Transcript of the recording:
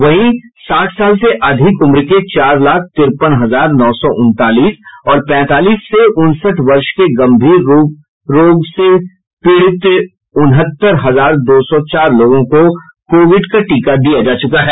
वहीं साठ साल से अधिक उम्र के चार लाख तिरपन हजार नौ सै उनतालीस और पैंतालीस से उनसठ वर्ष के गंभीर रोग रूप से पीड़ित उनहत्तर हजार दो सौ चार लोगों को कोविड का टीका दिया जा चुका है